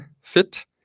fit